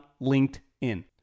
LinkedIn